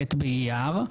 ט' באייר,